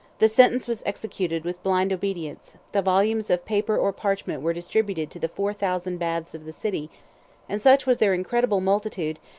the sentence was executed with blind obedience the volumes of paper or parchment were distributed to the four thousand baths of the city and such was their incredible multitude,